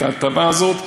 את ההטבה הזאת,